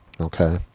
okay